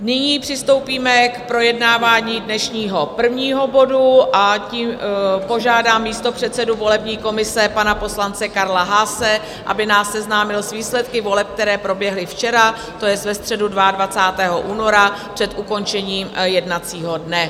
Nyní přistoupíme k projednávání dnešního prvního bodu a požádám místopředsedu volební komise, pana poslance Karla Haase, aby nás seznámil s výsledky voleb, které proběhly včera, to jest ve středu 22. února před ukončením jednacího dne.